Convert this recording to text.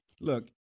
Look